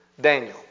Daniel